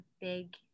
big